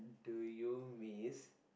do you miss